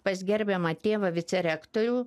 pas gerbiamą tėvą vicerektorių